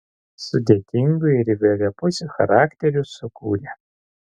sudėtingų ir įvairiapusių charakterių sukūrė